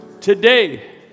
Today